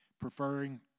preferring